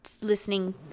listening